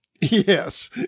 Yes